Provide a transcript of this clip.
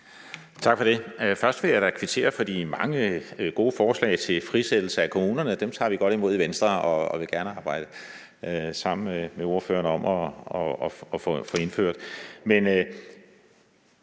Tak for det. Først vil jeg da kvittere for de mange gode forslag til frisættelse af kommunerne. Dem tager vi godt imod i Venstre, og vi vil gerne arbejde sammen med ordføreren om at få dem indført.